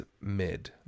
mid